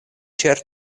ĉar